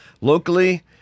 locally